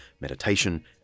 meditation